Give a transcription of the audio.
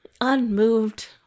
Unmoved